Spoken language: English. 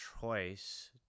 choice